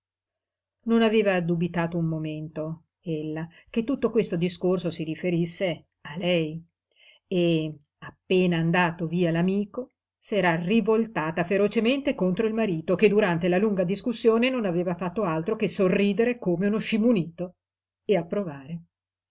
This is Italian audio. non aveva dubitato un momento ella che tutto questo discorso si riferisse a lei e appena andato via l'amico s'era rivoltata ferocemente contro il marito che durante la lunga discussione non aveva fatto altro che sorridere come uno scimunito e approvare